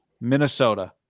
Minnesota